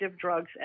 drugs